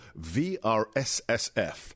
VRSSF